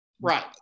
right